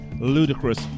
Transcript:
ludicrous